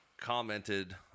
commented